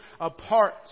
apart